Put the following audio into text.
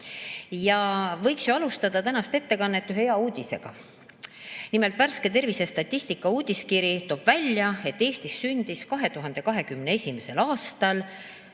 mitte. Võiks ju alustada tänast ettekannet ühe hea uudisega. Nimelt, värske tervisestatistika uudiskiri toob välja, et Eestis sündis 2021. aastal